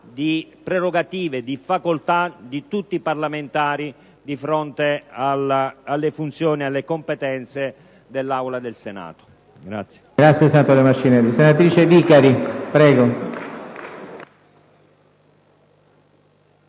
prerogative, delle facoltà di tutti i parlamentari, di fronte alle funzioni e alle competenze dell'Aula del Senato.